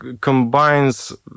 combines